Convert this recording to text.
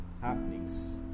happenings